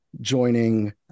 joining